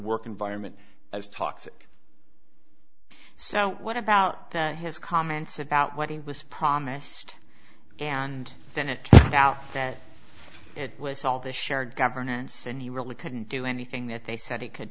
work environment as toxic so what about that his comments about what he was promised and then and now that it was all the shared governance and he really couldn't do anything that they said he could